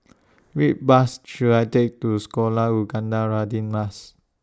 Which Bus should I Take to Sekolah Ugama Radin Mas